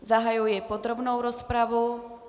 Zahajuji podrobnou rozpravu.